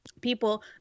people